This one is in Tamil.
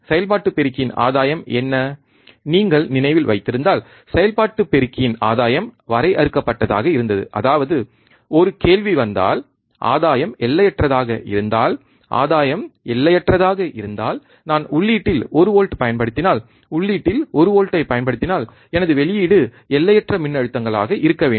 செயல்பாட்டு பெருக்கியின் ஆதாயம் என்ன நீங்கள் நினைவில் வைத்திருந்தால் செயல்பாட்டு பெருக்கியின் ஆதாயம் வரையறுக்கப்பட்டதாக இருந்தது அதாவது ஒரு கேள்வி வந்தால் ஆதாயம் எல்லையற்றதாக இருந்தால் ஆதாயம் எல்லையற்றதாக இருந்தால் நான் உள்ளீட்டில் 1 வோல்ட் பயன்படுத்தினால் உள்ளீட்டில் ஒரு வோல்ட்டைப் பயன்படுத்தினால் எனது வெளியீடு எல்லையற்ற மின்னழுத்தங்களாக இருக்க வேண்டும்